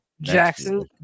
Jackson